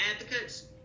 advocates